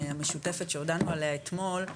המשותפת שהודענו עליה אתמול,